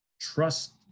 trust